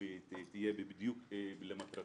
שתקום ותהיה בדיוק למטרתה.